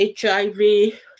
hiv